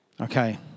Okay